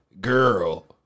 Girl